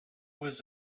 was